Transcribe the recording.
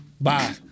Bye